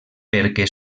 perquè